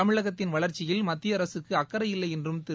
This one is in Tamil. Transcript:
தமிழகத்தின் வளா்ச்சியில் மத்திய அரசுக்கு அக்கறை இல்லை என்றும் திரு